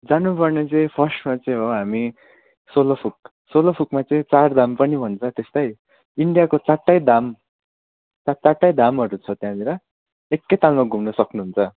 जानु पर्ने चाहिँ फर्स्टमा चाहिँ हो हामी सोलोफुक सोलोफुकमा चाहिँ चार धाम पनि भन्छ त्यस्तै इन्डियाको चारवटै धाम चारवटै धामहरू छ त्यहाँनिर एक्कै तालमा घुम्न सक्नुहुन्छ